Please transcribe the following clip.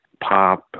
pop